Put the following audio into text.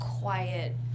quiet